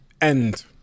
end